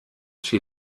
she